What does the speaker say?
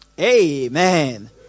amen